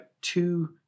two